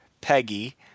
Peggy